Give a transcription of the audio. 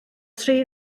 tri